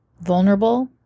vulnerable